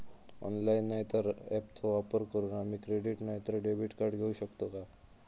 Online नाय तर ऍपचो वापर करून आम्ही क्रेडिट नाय तर डेबिट कार्ड घेऊ शकतो का?